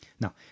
Now